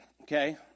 okay